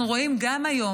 אנחנו רואים גם היום,